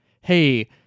hey